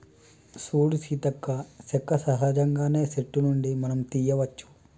సూడు సీతక్క సెక్క సహజంగానే సెట్టు నుండి మనం తీయ్యవచ్చు